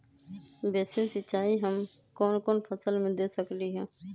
Basin सिंचाई हम कौन कौन फसल में दे सकली हां?